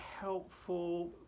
helpful